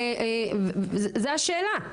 וזו השאלה.